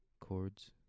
chords